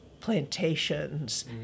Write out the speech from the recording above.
plantations